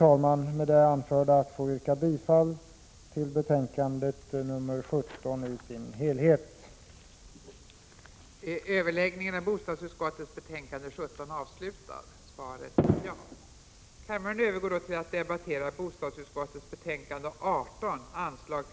Jag ber att med det anförda få yrka bifall till utskottets hemställan i dess helhet i betänkande 17.